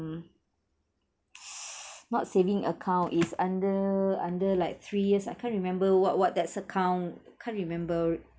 not saving account it's under under like three years I can't remember what what that's account can't remember